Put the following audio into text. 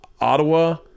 Ottawa